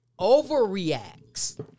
overreacts